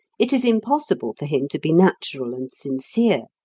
it is impossible for him to be natural and sincere.